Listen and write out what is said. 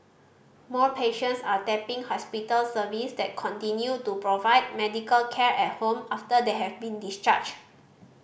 more patients are tapping hospital service that continue to provide medical care at home after they have been discharged